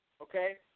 okay